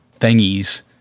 thingies